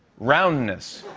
roundness.